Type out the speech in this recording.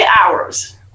hours